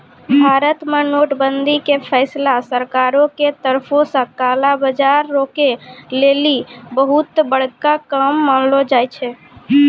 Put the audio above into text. भारत मे नोट बंदी के फैसला सरकारो के तरफो से काला बजार रोकै लेली बहुते बड़का काम मानलो जाय छै